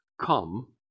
come